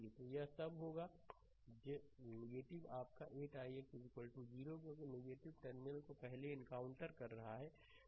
तो यह तब होगा आपका 8 ix 0 क्योंकि टर्मिनल को पहले एनकाउंटर कर रहा है